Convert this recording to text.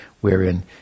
wherein